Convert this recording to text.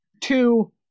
two